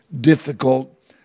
difficult